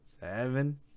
seven